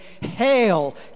Hail